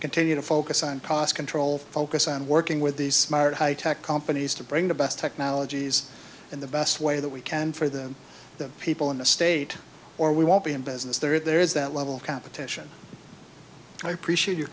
continue to focus on cost control focus on working with these smart high tech companies to bring the best technologies in the best way that we can for the people in the state or we won't be in business there is that level of competition i appreciate your